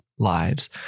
lives